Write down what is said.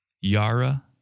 Yara